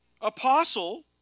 Apostle